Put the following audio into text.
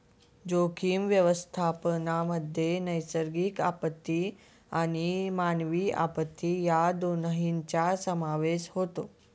जोखीम व्यवस्थापनामध्ये नैसर्गिक आपत्ती आणि मानवी आपत्ती या दोन्हींचा समावेश होतो